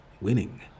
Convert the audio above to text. winning